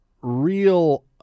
real